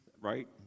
right